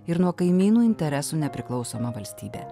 ir nuo kaimynų interesų nepriklausoma valstybė